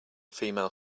female